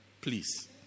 Please